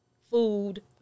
food